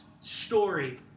story